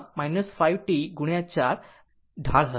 આમ તે કિસ્સામાં 5 T 4 ઢાળ હશે